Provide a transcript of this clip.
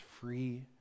free